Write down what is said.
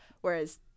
whereas